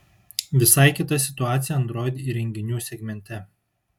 visai kita situacija android įrenginių segmente